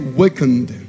wakened